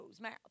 mouth